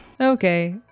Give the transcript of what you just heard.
Okay